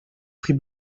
prix